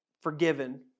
forgiven